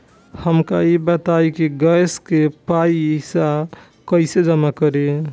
हमका ई बताई कि गैस के पइसा कईसे जमा करी?